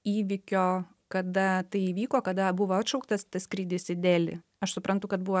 įvykio kada tai įvyko kada buvo atšauktas tas skrydis į delį aš suprantu kad buvo